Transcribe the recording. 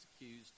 accused